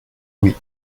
oui